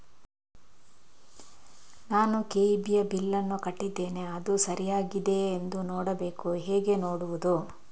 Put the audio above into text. ನಾನು ಕೆ.ಇ.ಬಿ ಯ ಬಿಲ್ಲನ್ನು ಕಟ್ಟಿದ್ದೇನೆ, ಅದು ಸರಿಯಾಗಿದೆಯಾ ಎಂದು ನೋಡಬೇಕು ಹೇಗೆ ನೋಡುವುದು?